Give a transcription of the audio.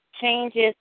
changes